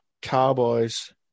Cowboys